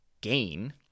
gain